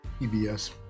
EBS